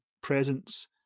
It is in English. presence